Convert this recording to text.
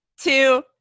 two